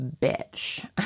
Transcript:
bitch